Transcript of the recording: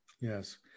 Yes